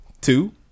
two